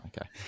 okay